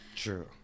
True